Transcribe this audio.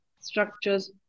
structures